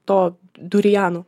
to duriano